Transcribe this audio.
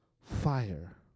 fire